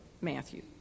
Matthew